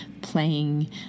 playing